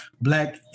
black